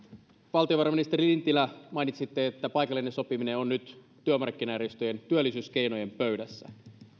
valtiovarainministeri lintilä mainitsitte että paikallinen sopiminen on nyt työmarkkinajärjestöjen työllisyyskeinojen pöydässä